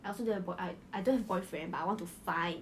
I also don't have boy I I don't have boyfriend but I want to find